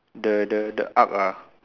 the the the arch ah